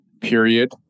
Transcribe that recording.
period